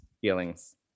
feelings